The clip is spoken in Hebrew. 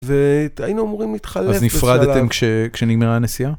והיינו אמורים להתחלף, - אז נפרדתם כשנגמרה הנסיעה?